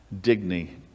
dignity